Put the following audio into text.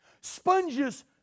Sponges